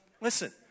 Listen